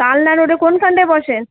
কালনা রোডে কোনখানটা বসেন